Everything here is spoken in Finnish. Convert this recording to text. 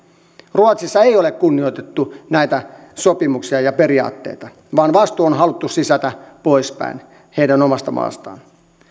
ruotsissa ei ole kunnioitettu näitä sopimuksia ja periaatteita vaan vastuu on haluttu sysätä pois heidän omasta maastaan